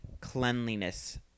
cleanliness